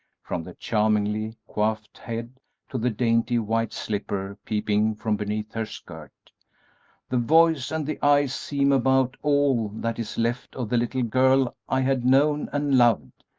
from the charmingly coiffed head to the dainty white slipper peeping from beneath her skirt the voice and the eyes seem about all that is left of the little girl i had known and loved.